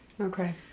Okay